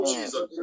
Jesus